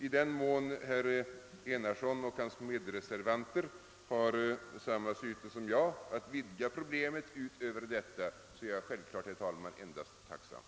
I den mån herr Enarsson och hans medreservanter har samma syfte som jag, att vidga problemet utöver detta, är jag självfallet, herr talman, endast tacksam.